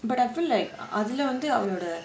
but I feel like அதுல வந்து அவளோட:athula vanthu avaloda